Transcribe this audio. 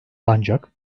ancak